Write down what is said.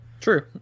true